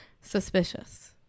Suspicious